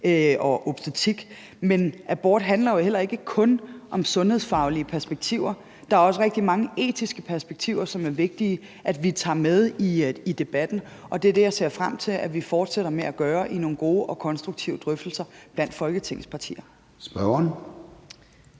og obstetrik, men abort handler jo heller ikke kun om sundhedsfaglige perspektiver. Der er også rigtig mange etiske perspektiver, som det er vigtigt at vi tager med i debatten, og det er det, jeg ser frem til at vi fortsætter med at gøre i nogle gode og konstruktive drøftelser blandt Folketingets partier. Kl.